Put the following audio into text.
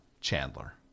Chandler